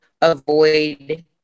avoid